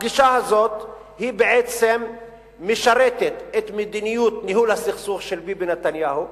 הפגישה הזאת בעצם משרתת את מדיניות ניהול הסכסוך של ביבי נתניהו,